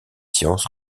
sciences